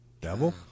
Devil